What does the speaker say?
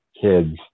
kids